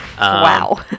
Wow